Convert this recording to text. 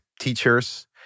teachers